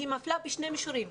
היא מפלה בשני מישורים.